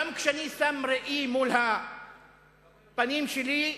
גם כשאני שם ראי מול הפנים שלי,